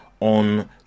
on